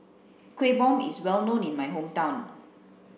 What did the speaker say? kueh bom is well known in my hometown